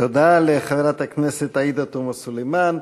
תודה לחברת הכנסת עאידה תומא סלימאן.